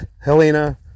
helena